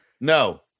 No